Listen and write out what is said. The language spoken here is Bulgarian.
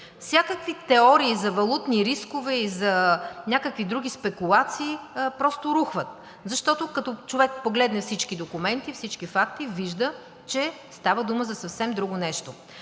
Всякакви теории за валутни рискове и за някакви други спекулации просто рухват, защото, като човек погледне всички документи и всички факти, вижда, че става дума за съвсем друго нещо.